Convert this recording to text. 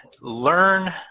learn